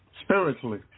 spiritually